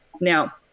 Now